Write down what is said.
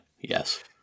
Yes